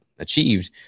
achieved